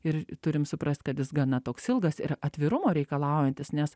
ir turim suprast kad jis gana toks ilgas ir atvirumo reikalaujantis nes